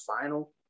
final